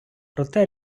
проте